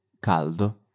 caldo